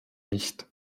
nicht